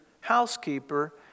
housekeeper